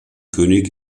könig